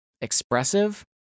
expressive